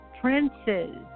princes